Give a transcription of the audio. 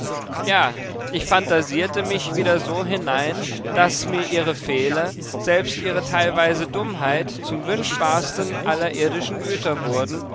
ja ich phantasierte mich wieder so hinein daß mir ihre fehler selbst ihre teilweise dummheit zum wünschbarsten aller irdischen güter wurden